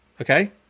okay